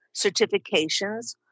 certifications